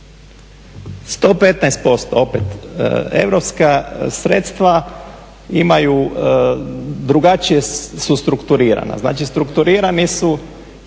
115%, opet. Europska sredstva imaju, drugačije su strukturirana, znači strukturirane su